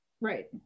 Right